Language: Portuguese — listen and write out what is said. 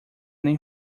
nem